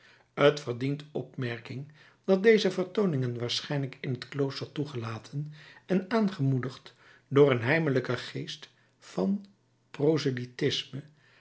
t verdient opmerking dat deze vertooningen waarschijnlijk in het klooster toegelaten en aangemoedigd door een heimelijken geest van proselytisme